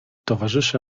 towarzysze